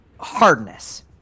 hardness